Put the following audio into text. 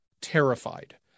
terrified